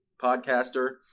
podcaster